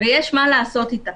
ויש מה לעשות אתה.